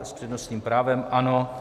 S přednostním právem, ano.